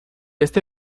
este